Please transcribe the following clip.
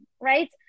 right